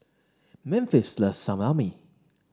Memphis loves Salami